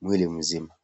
mwili mzima.